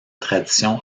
tradition